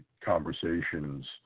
conversations